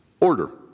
order